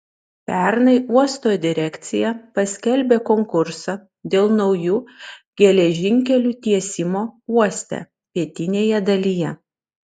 pernai uosto direkcija paskelbė konkursą dėl naujų geležinkelių tiesimo uoste pietinėje dalyje